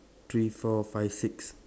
three four five six